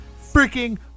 freaking